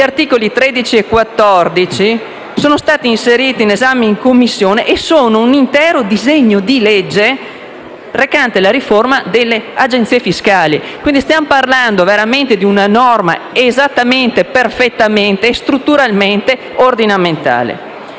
Gli articoli 13 e 14, ad esempio, sono stati inseriti nell'esame in Commissione e costituiscono un intero disegno di legge recante la riforma delle Agenzie fiscali, quindi stiamo parlando di una norma esattamente, perfettamente e strutturalmente ordinamentale.